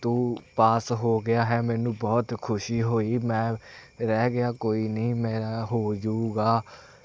ਤੂੰ ਪਾਸ ਹੋ ਗਿਆ ਹੈ ਮੈਨੂੰ ਬਹੁਤ ਖੁਸ਼ੀ ਹੋਈ ਮੈਂ ਰਹਿ ਗਿਆ ਕੋਈ ਨਹੀਂ ਮੇਰਾ ਹੋ ਜੂਗਾ